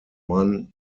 one